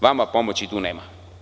Vama pomoći tu nema.